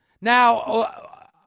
Now